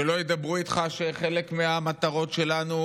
שלא ידברו איתך על זה שחלק מהמטרות שלנו,